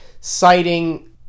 citing